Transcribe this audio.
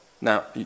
Now